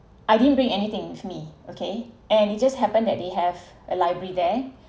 I didn't bring anything with me okay and it just happened that they have a library there